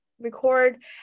record